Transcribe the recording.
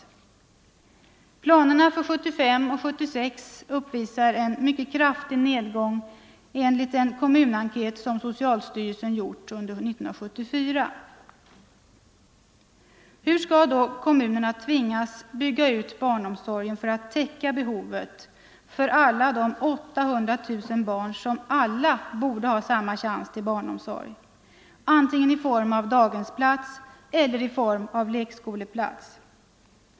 Planerna för 1975-1976 uppvisar en mycket kraftig nedgång enligt en kommunenkät som socialstyrelen gjort under 1974. Hur skall då kommunerna tvingas bygga ut barnomsorgen för att täcka behovet för de 800 000 barn som alla borde ha samma chans till barnomsorg, antingen i form av daghemsplats eller i form av lekskoleplats?